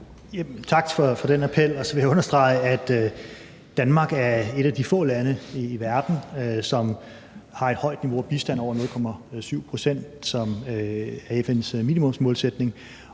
understrege, at Danmark er et af de få lande i verden, som har et højt niveau af bistand på over 0,7 pct., som er FN's minimumsmålsætning.